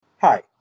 Hi